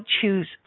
choose